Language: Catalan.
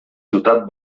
ciutat